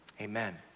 amen